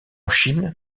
chine